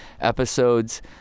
episodes